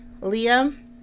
Liam